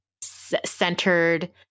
centered